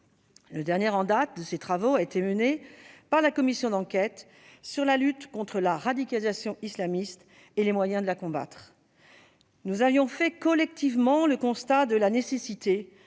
Le dernier en date de ces travaux a été mené par la commission d'enquête sur la radicalisation islamiste et les moyens de la combattre. Nous avions fait collectivement le constat de la nécessité